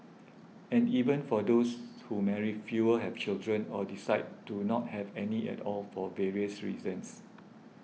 and even for those who marry fewer have children or decide to not have any at all for various reasons